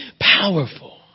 powerful